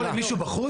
אתה מוכר למישהו בחוץ?